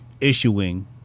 issuing